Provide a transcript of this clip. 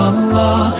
Allah